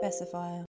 specifier